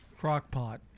Crockpot